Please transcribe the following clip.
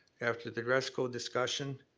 after the resco discussion,